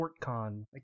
FortCon